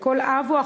ולכל אב פה,